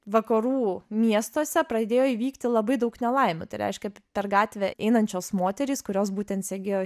vakarų miestuose pradėjo įvykti labai daug nelaimių tai reiškia per gatvę einančios moterys kurios būtent segėjo